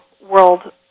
world